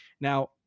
Now